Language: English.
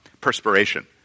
perspiration